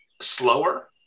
slower